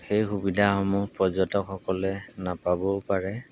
সেই সুবিধাসমূহ পৰ্যটকসকলে নাপাবও পাৰে